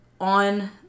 on